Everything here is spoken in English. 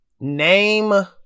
Name